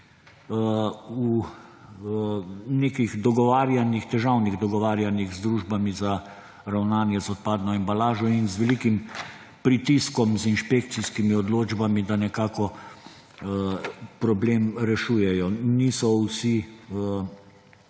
V nekih težavnih dogovarjanjih z družbami za ravnanje z odpadno embalažo in z velikim pritiskom z inšpekcijskimi odločbami da nekako problem rešujejo. Niso vsi